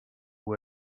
who